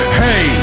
hey